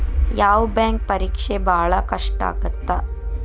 ಯಾವ್ ಬ್ಯಾಂಕ್ ಪರೇಕ್ಷೆ ಭಾಳ್ ಕಷ್ಟ ಆಗತ್ತಾ?